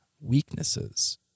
weaknesses